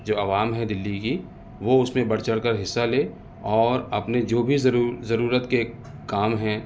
جو عوام ہے دلی کی وہ اس میں بڑھ چڑھ کر حصہ لے اور اپنے جو بھی ضرورت کے کام ہیں